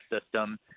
System –